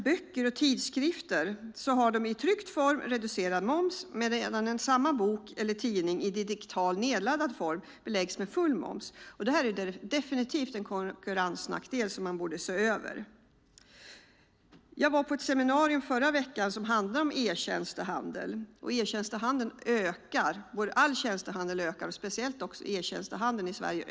Böcker och tidskrifter har reducerad moms i tryckt form, men samma bok eller tidskrift i digital nedladdad form beläggs med full moms. Det är definitivt en konkurrensnackdel som man borde se över. Förra veckan var jag på ett seminarium som handlade om E-tjänstehandel. All tjänstehandel, men speciellt E-tjänstehandeln, ökar kolossalt i Sverige.